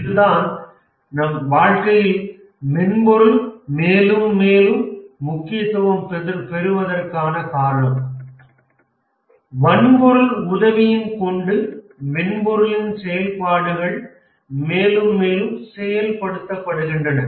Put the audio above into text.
இதுதான் நம் வாழ்க்கையில் மென்பொருள் மேலும் மேலும் முக்கியத்துவம் பெறுவதற்கான காரணம் வன்பொருள் உதவியின் கொண்டு மென்பொருளின் செயல்பாடுகள் மேலும் மேலும் செயல்படுத்தப்படுகின்றன